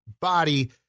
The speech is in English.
body